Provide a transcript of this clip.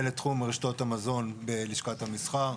אני מנהל את תחום רשתות המזון בלשכת המסחר.